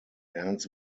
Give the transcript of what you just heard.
ends